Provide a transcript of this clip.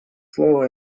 слово